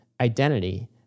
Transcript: identity